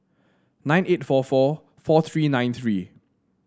nine eight four four four three nine three